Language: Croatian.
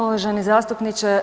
Uvaženi zastupniče.